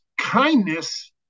kindness